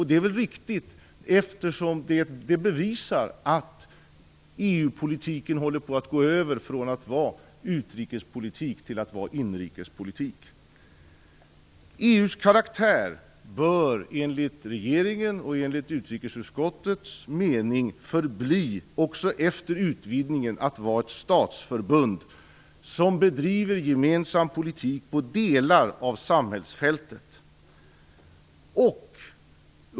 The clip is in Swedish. Det är väl riktigt, eftersom det bevisar att EU-politiken håller på att övergå från att vara utrikespolitik till inrikespolitik. EU:s karaktär bör, enligt regeringens och utrikesutskottets mening, också efter utvidgningen förbli ett statsförbund som bedriver gemensam politik på delar av samhällsfältet.